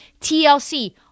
TLC